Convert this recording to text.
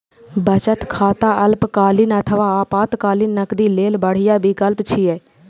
बचत खाता अल्पकालीन अथवा आपातकालीन नकदी लेल बढ़िया विकल्प छियै